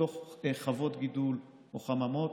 בתוך חוות גידול או חממות.